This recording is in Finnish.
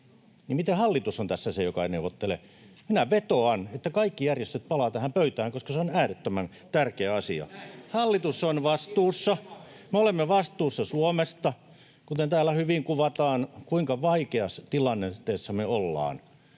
miten hallitus on tässä se, joka ei neuvottele? Minä vetoan, että kaikki järjestöt palaavat tähän pöytään, koska se on äärettömän tärkeä asia. [Mauri Peltokangas: Näin, tiedoksi demareille!] Hallitus on vastuussa, me olemme vastuussa Suomesta, kuten täällä hyvin kuvataan, kuinka vaikeassa tilanteessa me ollaan,